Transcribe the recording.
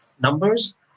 numbers